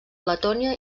letònia